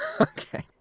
Okay